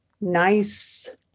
nice